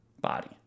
body